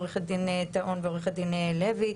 עורכת דין טהון ועורכת דין לוי,